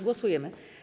Głosujemy.